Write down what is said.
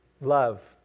Love